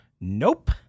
Nope